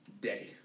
day